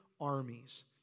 armies